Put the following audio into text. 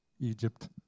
Egypt